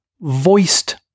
voiced